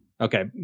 Okay